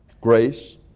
grace